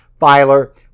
filer